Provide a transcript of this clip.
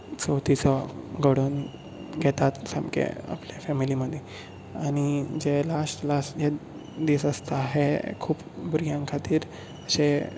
चवथीचो घडोवन घेतात सामकें आपले फॅमिली मदीं जे लास्ट लास्ट जे दीस आसतात हे खूब भुरग्यां खातीर अशे